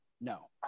No